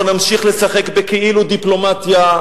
אנחנו נמשיך לשחק בכאילו דיפלומטיה,